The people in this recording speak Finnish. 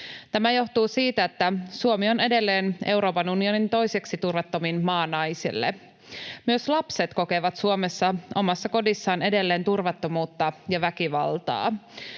Tämä johtuu siitä, että Suomi on edelleen Euroopan unionin toiseksi turvattomin maa naisille. Myös lapset kokevat Suomessa omassa kodissaan edelleen turvattomuutta ja väkivaltaa.